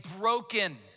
broken